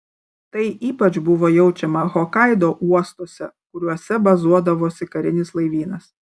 tai ypač buvo jaučiama hokaido uostuose kuriuose bazuodavosi karinis laivynas